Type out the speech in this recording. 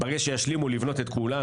ברגע שישלימו את הבנייה של כולן,